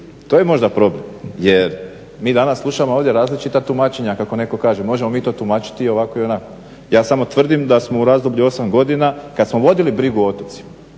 To je možda problem. Jer mi danas slušamo ovdje različita tumačenja, kako netko kaže možemo mi to tumačiti i ovako i onako. Ja samo tvrdim da smo u razdoblju 8 godina kad smo vodili brigu o otocima,